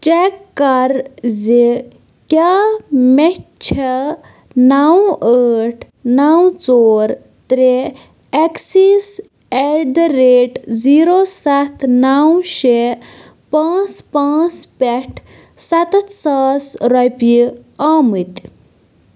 check کَر زِ کیٛاہ مےٚ چھےٚ نَو ٲٹھ نَو ژور ترٛےٚ اؠکسیٖز ایٹ دَ ریٹ زیٖرو سَتھ نَو شےٚ پانٛژھ پانٛژھ پٮ۪ٹھٕ سَتَتھ ساس رۄپیہِ آمٕتۍ